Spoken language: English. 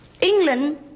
England